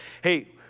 hey